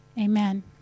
Amen